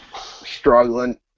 Struggling